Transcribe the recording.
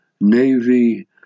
navy